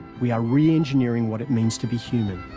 we are re-engineering what it means to be human.